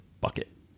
bucket